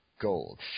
gold